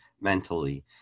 mentally